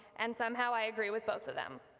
and somehow i agree with both of them.